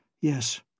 Yes